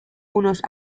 unos